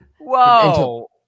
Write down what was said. Whoa